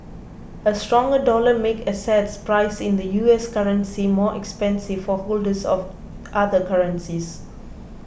a stronger dollar makes assets priced in the U S currency more expensive for holders of other currencies